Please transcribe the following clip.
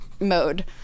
mode